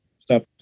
Stop